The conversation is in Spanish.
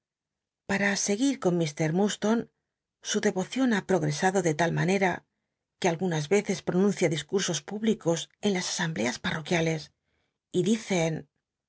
para seguir con mt murdstone su clero cion ha progrcsado de tal manera que algunas veces pronuncia discmsos públicos en las asam bleas partoquiales y dicen